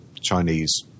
Chinese